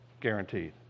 guaranteed